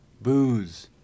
Booze